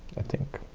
i think.